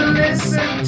listen